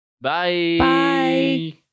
Bye